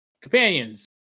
Companions